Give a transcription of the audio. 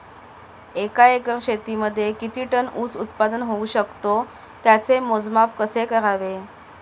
एका एकर शेतीमध्ये किती टन ऊस उत्पादन होऊ शकतो? त्याचे मोजमाप कसे करावे?